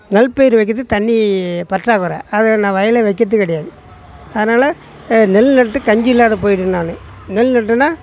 நெல் பயிர் வைக்கிறதுக்கு தண்ணி பற்றாக் கொறை அதில் நான் வயல் வைக்கிறது கிடையாது அதனால் நெல் நட்டு கஞ்சி இல்லாத போயிடும் நானும் நெல் நட்டேம்னா